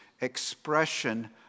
expression